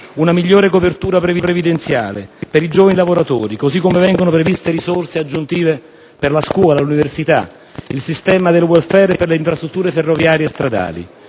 una migliore copertura previdenziale per i giovani lavoratori, così come vengono previste risorse aggiuntive per la scuola, l'università, il sistema del *welfare* e per le infrastrutture ferroviarie e stradali.